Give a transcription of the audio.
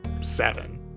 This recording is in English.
seven